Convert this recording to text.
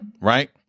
right